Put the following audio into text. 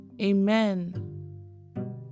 Amen